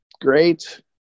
great